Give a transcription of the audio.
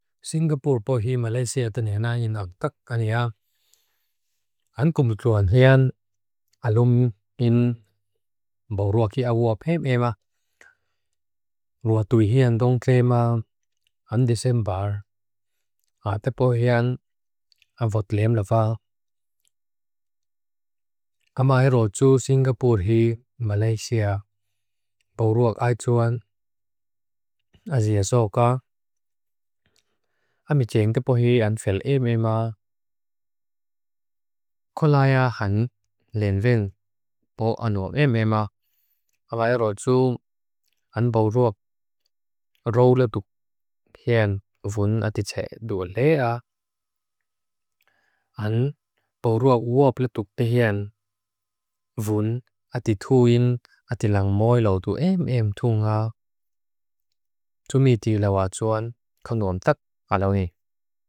Singapur bohi Malaysia tenhena in ag takkaniya. An kumudloan hian alun in boruak i awa phem ema. Rua tui hian dong klema an disembar. A tepo hian an votleem lafa. Ama hai roju Singapur hi Malaysia. Boruak aituan. Azia soka. Ame jeng kapohi an phel emema. Konlaya han lenveng. Bo anua emema. Ama hai roju. An boruak rou le duk hian vun ati tse dua lea. An boruak wop le duk tehian. Vun ati tuin ati langmoy laudu emem tunga. Tumidi lewa tuan konuam tak alawi.